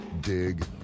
dig